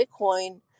Bitcoin